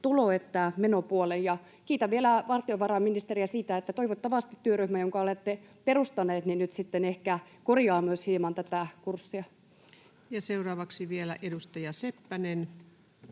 tulo- että menopuolen. Kiitän vielä valtiovarainministeriä siitä, että toivottavasti työryhmä, jonka olette perustaneet, nyt sitten ehkä korjaa myös hieman tätä kurssia. Seuraavaksi vielä edustaja Seppänen.